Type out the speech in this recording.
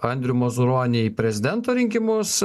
andrių mazuronį į prezidento rinkimus